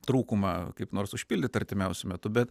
trūkumą kaip nors užpildyt artimiausiu metu bet